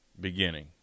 beginning